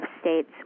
states